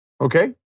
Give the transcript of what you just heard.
okay